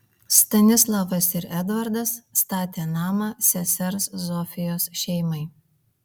stanislavas ir edvardas statė namą sesers zofijos šeimai